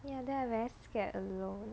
ya then I very scared alone